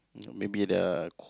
mm maybe the q~